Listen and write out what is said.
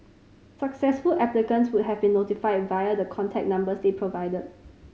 successful applicants would have been notified via the contact numbers they provided